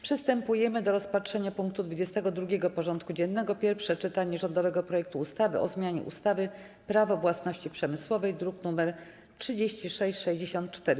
Przystępujemy do rozpatrzenia punktu 22. porządku dziennego: Pierwsze czytanie rządowego projektu ustawy o zmianie ustawy Prawo własności przemysłowej (druk nr 3664)